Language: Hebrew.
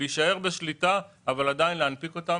להישאר בשליטה אבל עדיין להנפיק אותן,